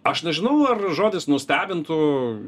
aš nežinau ar žodis nustebintų